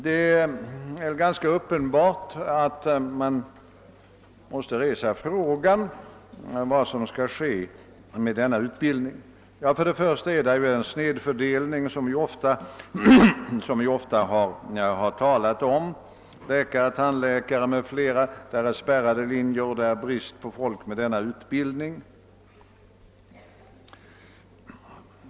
Det är ganska uppenbart att man då måste resa frågan vad som skall göras med denna utbildning. Jag vill först och främst peka på den snedfördelning som förekommer och som vi ofta har talat om. Utbildningslinjerna för läkare, tandläkare m.fl. grupper är spärrade trots att det råder brist på folk med sådan utbildning.